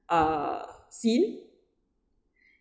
uh scene